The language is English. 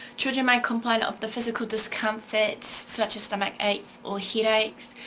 children might complain of the physical discomforts such as stomach aches or headaches,